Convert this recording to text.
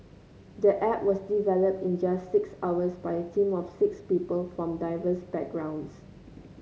the app was developed in just six hours by a team of six people from diverse backgrounds